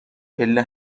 پله